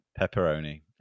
Pepperoni